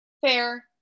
fair